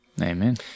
Amen